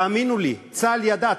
תאמינו לי, צה"ל ידע.